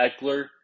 Eckler